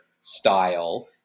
style